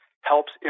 helps